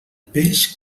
peix